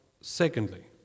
secondly